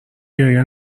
گریه